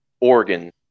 Oregon